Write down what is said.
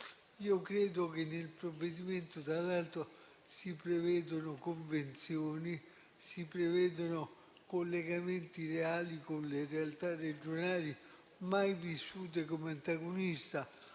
famiglia. Nel provvedimento, tra l'altro, si prevedono convenzioni e collegamenti reali con le realtà regionali, mai vissute come antagoniste,